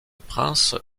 prince